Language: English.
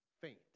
faint